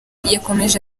yakomeje